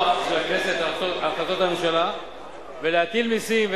של הכנסת על החלטות הממשלה להטיל מסים,